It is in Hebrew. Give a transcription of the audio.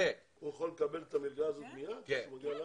הוא יכול לקבל את המלגה הזו מיד כשהוא מגיע לארץ?